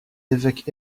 évêque